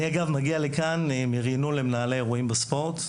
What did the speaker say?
אני מגיע לכאן מריענון למנהלי אירועים בספורט.